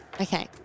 Okay